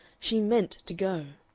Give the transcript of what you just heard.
she meant to go.